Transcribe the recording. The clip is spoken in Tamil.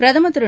பிரதமர் திரு